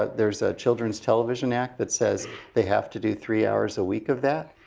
ah there's a children's television act that says they have to do three hours a week of that.